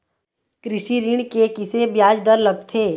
कृषि ऋण के किसे ब्याज दर लगथे?